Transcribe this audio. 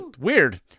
weird